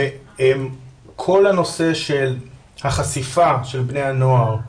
וכל הנושא של החשיפה של בני הנוער,